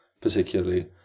particularly